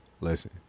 listen